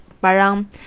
parang